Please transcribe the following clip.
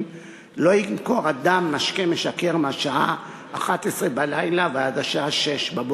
לא ימכור אדם משקה משכר מהשעה 23:00 ועד השעה 06:00,